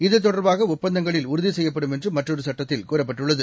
இது தொடர்பாகஒப்பந்தங்களில் உறுதிசெய்யப்படும் என்றுமற்றொருசட்டத்தில் கூறப்பட்டுள்ளது